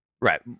right